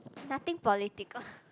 nothing political